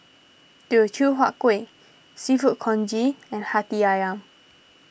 Teochew Huat Kueh Seafood Congee and Hati Ayam